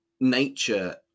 nature